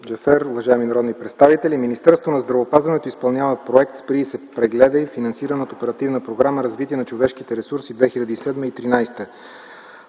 Джафер! Уважаеми народни представители! Министерството на здравеопазването изпълнява проект „Спри и се прегледай”, финансиран от Оперативна програма „Развитие на човешките ресурси” 2007-2013